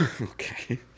okay